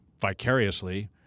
vicariously